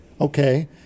okay